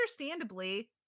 understandably